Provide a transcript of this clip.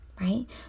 right